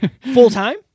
full-time